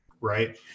right